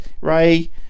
Ray